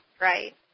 right